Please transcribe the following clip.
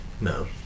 No